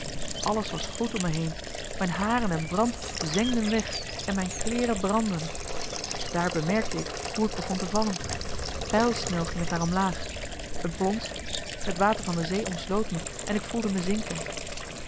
alles was gloed om mij heen m'n haren en baard zengden weg en m'n kleeren brandden daar bemerkte ik hoe ik begon te vallen pijlsnel ging het naar omlaag een plons het water van de zee omsloot me en ik voelde me zinken